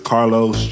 Carlos